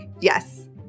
Yes